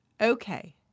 okay